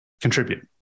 contribute